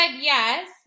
yes